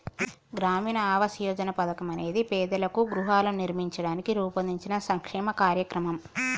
గ్రామీణ ఆవాస్ యోజన పథకం అనేది పేదలకు గృహాలను నిర్మించడానికి రూపొందించిన సంక్షేమ కార్యక్రమం